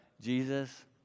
Jesus